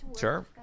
Sure